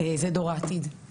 זה דור העתיד,